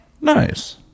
Nice